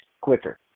quicker